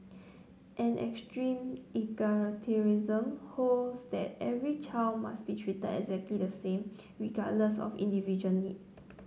an extreme egalitarianism holds that every child must be treated exactly the same regardless of individual need